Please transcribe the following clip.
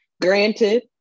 Granted